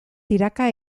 tiraka